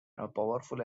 powerful